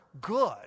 good